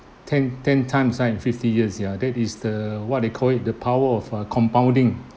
ten ten times times fifty years ya that is the what they call it the power of uh compounding